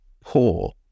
poor